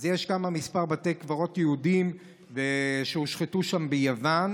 אז יש כמה בתי קברות יהודיים שהושחתו שם ביוון,